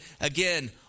again